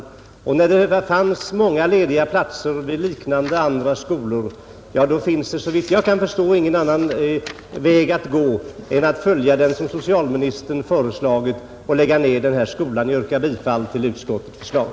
Med hänsyn till att det fanns många lediga platser vid liknande andra skolor har man såvitt jag förstår ingen annan väg att gå än att följa det förslag som socialministern framfört och lägga ned skolan i fråga. Jag yrkar bifall till utskottets förslag.